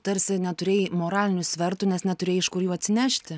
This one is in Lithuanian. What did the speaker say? tarsi neturėjai moralinių svertų nes neturėjai iš kur jų atsinešti